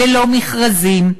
ללא מכרזים,